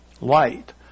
light